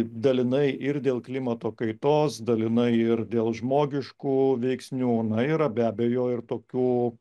dalinai ir dėl klimato kaitos dalinai ir dėl žmogiškų veiksnių na yra be abejo ir tokių